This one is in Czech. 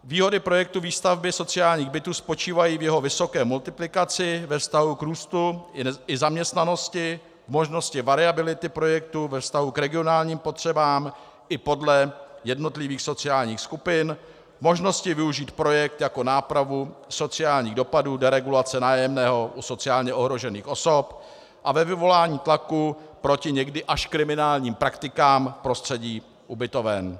Výhody projektu výstavby sociálních bytů spočívají v jeho vysoké multiplikaci ve vztahu k růstu i zaměstnanosti, možnosti variability projektu ve vztahu k regionálním potřebám i podle jednotlivých sociálních skupin, možnosti využít projekt jako nápravu sociálních dopadů deregulace nájemného u sociálně ohrožených osob a ve vyvolání tlaku proti někdy až kriminálním praktikám v prostředí ubytoven.